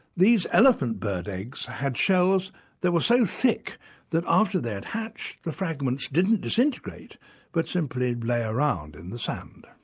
these elephant bird eggs had shells that were so thick that after after they had hatched, the fragments didn't disintegrate but simply lay around in the sand.